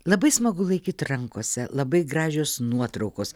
labai smagu laikyt rankose labai gražios nuotraukos